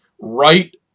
right